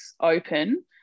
open